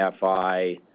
FI